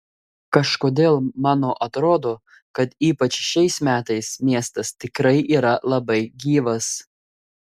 kažkodėl mano atrodo kad ypač šiais metais miestas tikrai yra labai gyvas